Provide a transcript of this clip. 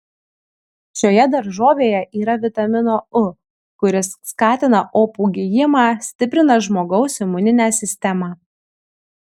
šioje daržovėje yra vitamino u kuris skatina opų gijimą stiprina žmogaus imuninę sistemą